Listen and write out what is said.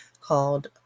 called